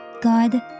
God